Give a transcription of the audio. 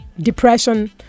depression